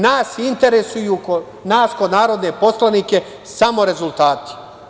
Nas interesuju, kao narodne poslanike, samo rezultati.